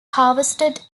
harvested